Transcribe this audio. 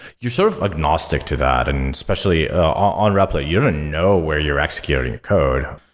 you're sort of agnostic to that, and especially on repl it, you don't know where you're executing a code.